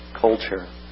culture